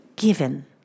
Given